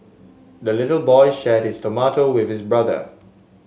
the little boy shared his tomato with his brother